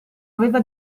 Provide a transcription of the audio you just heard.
aveva